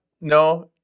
No